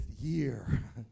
year